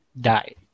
die